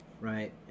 Right